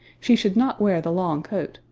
she should not wear the long coat,